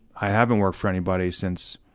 i haven't worked for anybody since